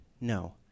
no